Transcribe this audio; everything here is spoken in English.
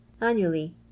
annually